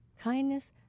Kindness